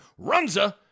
Runza